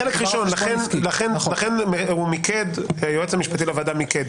החלק הראשון, ולכן היועץ המשפטי לוועדה מיקד.